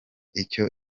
icyo